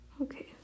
Okay